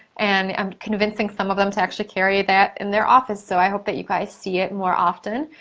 and i'm convincing some of them to actually carry that in their office. so, i hope that you guys see it more often.